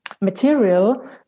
material